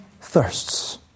thirsts